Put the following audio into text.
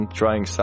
trying